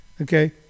okay